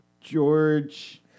George